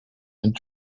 and